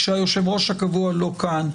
כשהיושב ראש הקבוע לא כאן,